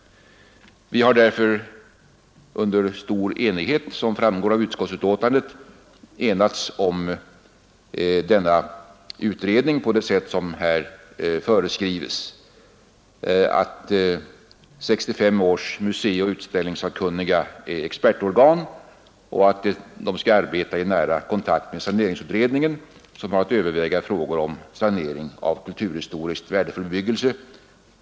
Vi har därför i stor enighet, som framgår av utskottsbetänkandet, tillstyrkt att utredningen görs av bygglagutredningen som kan anlita 1965 års museioch utställningssakkunniga som expertorgan och arbeta i nära kontakt med saneringsutredningen, som har att överväga frågor om sanering av kulturhistoriskt värdefull bebyggelse.